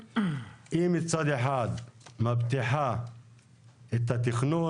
מצד אחד היא מבטיחה את התכנון,